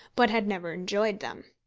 but had never enjoyed them.